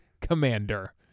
Commander